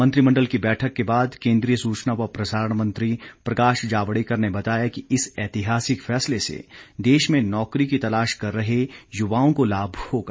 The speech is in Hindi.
मंत्रिमंडल की बैठक के बाद केंद्रीय सूचना व प्रसारण मंत्री प्रकाश जावडेकर ने बताया कि इस ऐतिहासिक फैसले से देश में नौकरी की तलाश कर रहे युवाओं को लाभ होगा